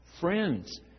Friends